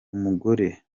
umugore